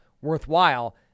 worthwhile